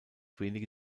wenige